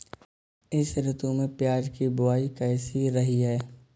इस ऋतु में प्याज की बुआई कैसी रही है?